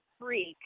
freak